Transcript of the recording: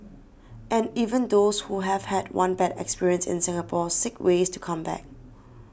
and even those who have had one bad experience in Singapore seek ways to come back